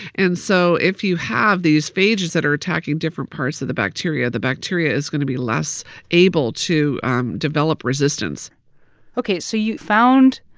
and so if you have these phages that are attacking different parts of the bacteria, the bacteria bacteria is going to be less able to develop resistance ok, so you found,